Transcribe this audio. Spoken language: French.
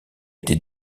été